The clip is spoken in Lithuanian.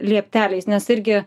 liepteliais nes irgi